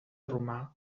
romà